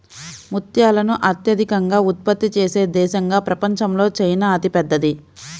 ముత్యాలను అత్యధికంగా ఉత్పత్తి చేసే దేశంగా ప్రపంచంలో చైనా అతిపెద్దది